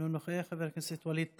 אינו נוכח, חבר הכנסת ווליד טאהא,